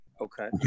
Okay